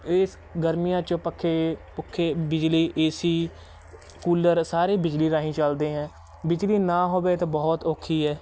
ਇਸ ਗਰਮੀਆਂ 'ਚ ਪੱਖੇ ਪੁੱਖੇ ਬਿਜਲੀ ਏਸੀ ਕੂਲਰ ਸਾਰੇ ਬਿਜਲੀ ਰਾਹੀਂ ਚੱਲਦੇ ਐਂ ਬਿਜਲੀ ਨਾ ਹੋਵੇ ਤਾਂ ਬਹੁਤ ਔਖੀ ਹੈ